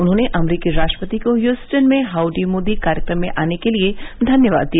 उन्होने अमरीकी राष्ट्रपति को ह्यूस्टन में हाउडी मोदी कार्यक्रम में आने के लिए धन्यवाद दिया